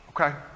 okay